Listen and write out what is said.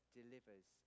delivers